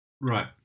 right